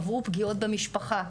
עברו פגיעות במשפחה,